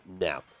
now